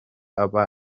aba